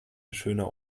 schöner